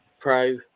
pro